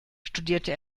studierte